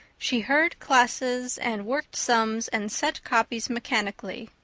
she heard classes and worked sums and set copies mechanically.